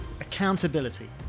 Accountability